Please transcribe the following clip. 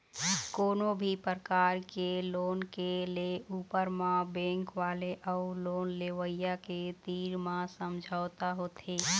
कोनो भी परकार के लोन के ले ऊपर म बेंक वाले अउ लोन लेवइया के तीर म समझौता होथे